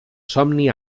somni